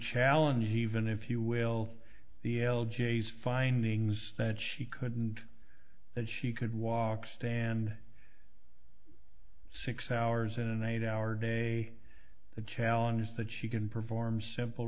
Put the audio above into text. challenge even if you will the l g s findings that she couldn't that she could walk stand six hours in an eight hour day the challenge is that she can perform simple